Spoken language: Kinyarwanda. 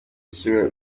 yishyuwe